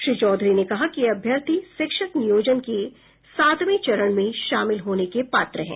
श्री चौधरी ने कहा कि ये अभ्यर्थी शिक्षक नियोजन के सातवें चरण में शामिल होने के पात्र हैं